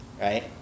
right